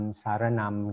saranam